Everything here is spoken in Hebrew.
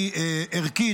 היא ערכית,